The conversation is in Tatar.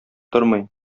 тормый